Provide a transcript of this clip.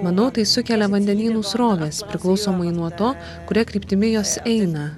manau tai sukelia vandenynų srovės priklausomai nuo to kuria kryptimi jos eina